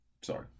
Sorry